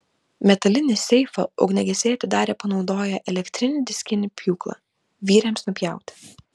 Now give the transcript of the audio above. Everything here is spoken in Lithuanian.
metalinį seifą ugniagesiai atidarė panaudoję elektrinį diskinį pjūklą vyriams nupjauti